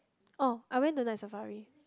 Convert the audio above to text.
oh I went to Night-Safari